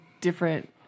different